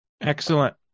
excellent